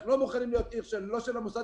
אנחנו לא מוכנים להיות עיר לא של המוסד